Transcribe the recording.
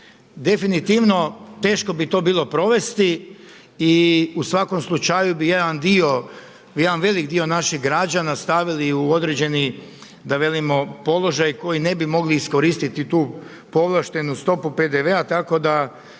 definitivno teško bi to bilo provesti i u svakom slučaju bi jedan dio, jedan velik dio naših građana stavili u određeni da velimo položaj koji ne bi mogli iskoristiti tu povlaštenu stopu PDV-a, tako da